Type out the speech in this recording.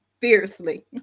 fiercely